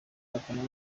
abafana